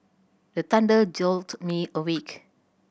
the thunder jolt me awake